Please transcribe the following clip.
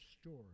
story